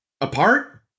apart